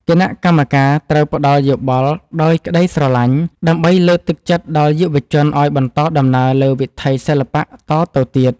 គណៈកម្មការត្រូវផ្ដល់យោបល់ដោយក្ដីស្រឡាញ់ ដើម្បី លើកទឹកចិត្តដល់យុវជនឱ្យបន្តដំណើរលើវិថីសិល្បៈតទៅទៀត។